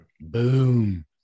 Boom